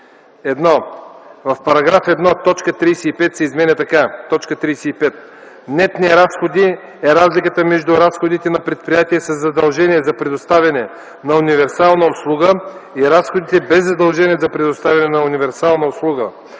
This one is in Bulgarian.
1. В § 1 т. 35 се изменя така: „35. „Нетни разходи” е разликата между разходите на предприятия със задължение за предоставяне на универсална услуга и разходите без задължение за предоставяне на универсална услуга,